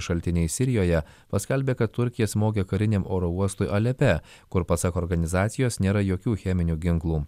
šaltiniais sirijoje paskelbė kad turkija smogė kariniam oro uostui alepe kur pasak organizacijos nėra jokių cheminių ginklų